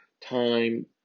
time